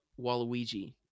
Waluigi